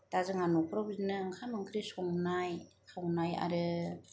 दा जोंहा न'खराव बिदिनो ओंखाम ओंख्रि संनाय खावनाय आरो